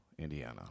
Indiana